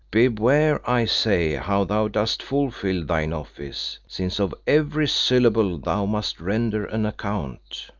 beware i say how thou dost fulfil thine office, since of every syllable thou must render an account.